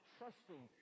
trusting